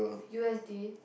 U S D